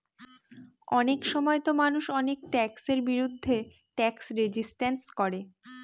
অনেক সময়তো মানুষ অনেক ট্যাক্সের বিরুদ্ধে ট্যাক্স রেজিস্ট্যান্স করে